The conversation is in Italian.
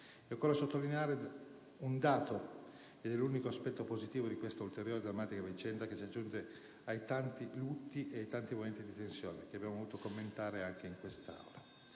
Occorre sottolineare un dato, che è l'unico aspetto positivo di questa ulteriore drammatica vicenda che si aggiunge ai tanti lutti e ai tanti momenti di tensione che abbiamo dovuto commentare anche in quest'Aula.